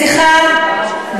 בשיחה,